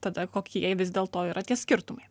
tada kokie jie vis dėlto yra tie skirtumai